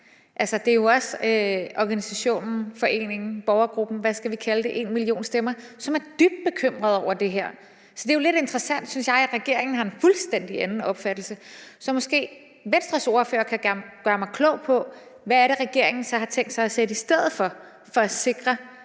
Det er også organisationen, foreningen, borgergruppen, eller hvad vi skal kalde det, #enmillionstemmer, som er dybt bekymret over det her. Så det er jo lidt interessant, synes jeg, at regeringen har en fuldstændig anden opfattelse. Så kan Venstres ordfører måske gøre mig klog på, hvad det så er, regeringen har tænkt sig at sætte i stedet for for at sikre,